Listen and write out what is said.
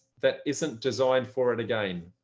that isn't designed for it again.